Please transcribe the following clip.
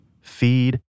feed